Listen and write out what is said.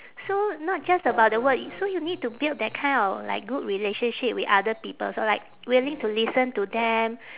so not just about the work i~ so you need to build that kind of like good relationship with other people so like willing to listen to them